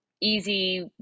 easy